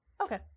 Okay